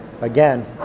again